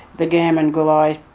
the gammon gulli